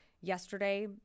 yesterday